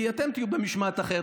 כי אתם תהיו במשמעת אחרת.